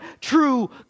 true